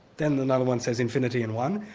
then another one says infinity and one,